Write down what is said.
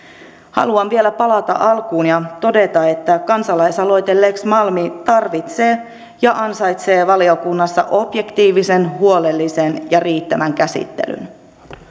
haluan vielä palata alkuun ja todeta että kansalaisaloite lex malmi tarvitsee ja ansaitsee valiokunnassa objektiivisen huolellisen ja riittävän käsittelyn